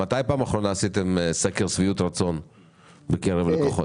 מתי בפעם האחרונה עשיתם סקר שביעות רצון בקרב הלקוחות?